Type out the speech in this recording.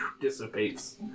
dissipates